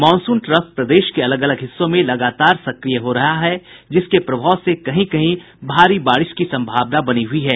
monsoon trough प्रदेश के अलग अलग हिस्सों में लगातार सक्रिय हो रहा है जिसके प्रभाव से कहीं कहीं भारी बारिश की भी संभावना बनी हुयी है